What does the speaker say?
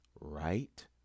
right